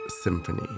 Symphony